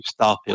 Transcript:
Starfield